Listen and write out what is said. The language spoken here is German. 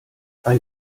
ein